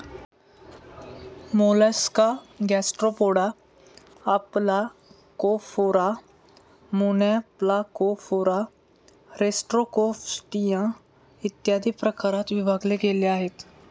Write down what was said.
Mollusca Gastropoda, Aplacophora, Monoplacophora, Rostroconchia, इत्यादी प्रकारात विभागले गेले आहे